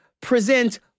present